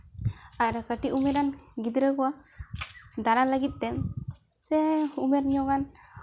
ᱟᱨ ᱠᱟᱹᱴᱤᱡ ᱩᱢᱮᱨᱟᱱ ᱜᱤᱫᱽᱨᱟᱹ ᱠᱚ ᱫᱟᱬᱟ ᱞᱟᱹᱜᱤᱫ ᱛᱮ ᱥᱮ ᱩᱢᱮᱨ ᱧᱚᱜ ᱟᱱ